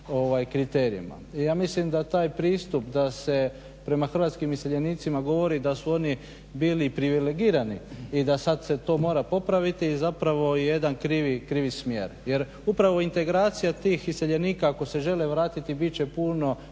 Ja mislim da taj pristup da se prema hrvatskim iseljenicima govori da su oni bili privilegirani i da se to sada mora popraviti je zapravo jedan krivi smjer. Jer upravo integracija tih iseljenika ako se žele vratiti bit će puno